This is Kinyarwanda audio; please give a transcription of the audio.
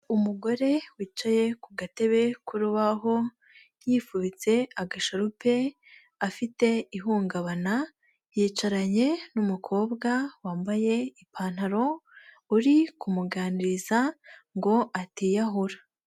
Umugore wicaye ku gatebe k'urubaho, yifubitse agasharupe, afite ihungabana, yicaranye n'umukobwa wambaye ipantaro, uri kumuganiriza ngo atiyahura.